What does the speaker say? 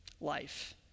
life